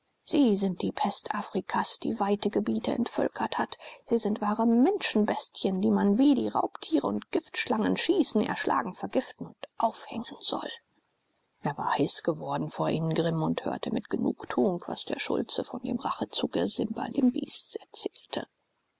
sie sind die pest afrikas die weite gebiete entvölkert hat sie sind wahre menschenbestien die man wie die raubtiere und giftschlangen schießen erschlagen vergiften und aufhängen soll er war heiß geworden vor ingrimm und hörte mit genugtuung was der schulze von dem rachezuge simbalimpis erzählte